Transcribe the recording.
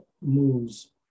moves